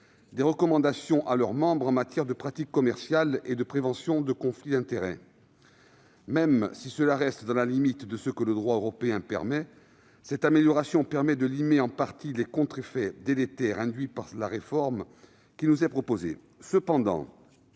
des recommandations à leurs membres en matière de pratiques commerciales et de prévention des conflits d'intérêts. Même si cela reste dans la limite de ce que le droit européen autorise, cette amélioration permet de limiter en partie des contre-effets délétères induits par la réforme proposée.